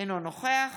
אינו נוכח